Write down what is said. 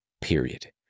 period